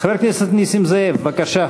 חבר הכנסת נסים זאב, בבקשה.